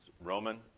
Roman